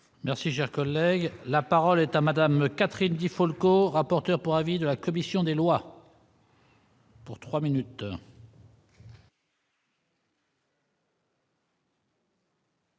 Merci, cher collègue, la parole est à madame Catherine Di Folco, rapporteur pour avis de la commission des lois. Pour 3 minutes.